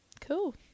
Cool